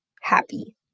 happy